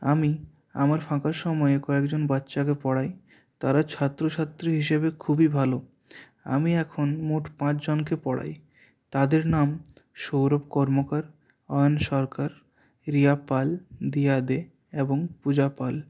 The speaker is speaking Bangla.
আমি আমার ফাঁকা সময়ে কয়েকজন বাচ্চাকে পড়াই তারা ছাত্রছাত্রী হিসেবে খুবই ভালো আমি এখন মোট পাঁচজনকে পড়াই তাদের নাম সৌরভ কর্মকার অয়ন সরকার রিয়া পাল দিয়া দে এবং পূজা পাল